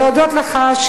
להודות לך,